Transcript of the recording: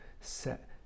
set